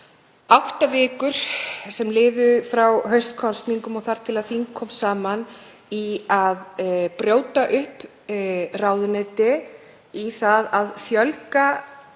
átta vikur sem liðu frá haustkosningum og þar til þing kom saman í að brjóta upp ráðuneyti, fjölga